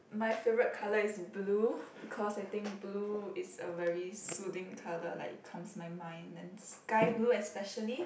my favourite colour is blue because I think blue is a very soothing colour like it calms my mind and sky blue especially